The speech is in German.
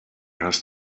hast